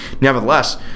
Nevertheless